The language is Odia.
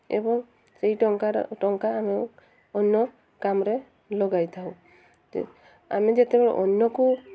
ଏବଂ ସେଇ ଟଙ୍କାର ଟଙ୍କା ଆମେ ଅନ୍ୟ କାମରେ ଲଗାଇଥାଉ ଆମେ ଯେତେବେଳେ ଅନ୍ୟକୁ